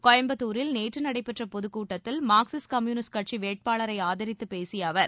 கோயம்புத்தூரில் நேற்று நடைபெற்ற பொதுக்கூட்டத்தில் மார்க்சிஸ்ட் கம்யூனிஸ்ட் கட்சி வேட்பாளரை ஆதரித்துப் பேசிய அவர்